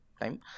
time